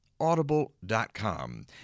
Audible.com